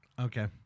Okay